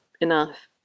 enough